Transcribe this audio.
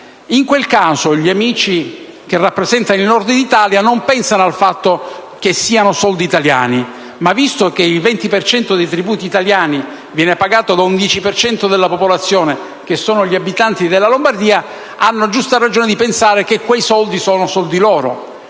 In quel caso, gli amici che rappresentano il Nord Italia non pensano che quelli sono soldi italiani, ma, visto che il 20 per cento dei tributi italiani viene pagato da un 10 per cento della popolazione (che sono gli abitanti della Lombardia), essi hanno giusta ragione di pensare che quei soldi siano soldi loro.